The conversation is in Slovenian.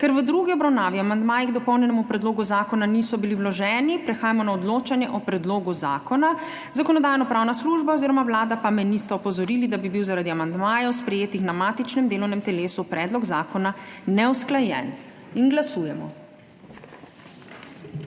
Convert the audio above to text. Ker v drugi obravnavi amandmaji k dopolnjenemu predlogu zakona niso bili vloženi, prehajamo na odločanje o predlogu zakona. Zakonodajno-pravna služba oziroma Vlada me nista opozorili, da bi bil zaradi amandmajev, sprejetih na matičnem delovnem telesu, predlog zakona neusklajen. Glasujemo.